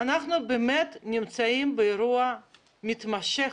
אנחנו נמצאים באירוע מתמשך.